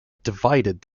divided